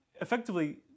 Effectively